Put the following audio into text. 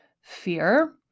fear